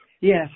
Yes